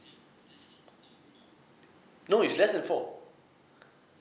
no is less than four